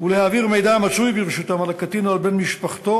ולהעביר מידע שברשותם על הקטין או על בן משפחתו,